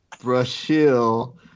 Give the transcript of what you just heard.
Brazil